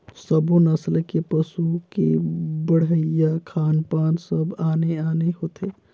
सब्बो नसल के पसू के बड़हई, खान पान सब आने आने होथे